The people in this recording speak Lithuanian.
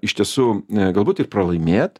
iš tiesų a galbūt ir pralaimėt